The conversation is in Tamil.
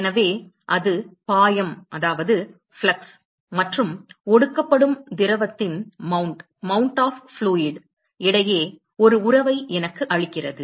எனவே அது பாயம் ஃப்ளக்ஸ் மற்றும் ஒடுக்கப்படும் திரவத்தின் மவுண்ட் இடையே ஒரு உறவை எனக்கு அளிக்கிறது